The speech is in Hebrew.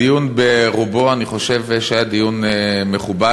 הדיון, ברובו, אני חושב שהיה דיון מכובד,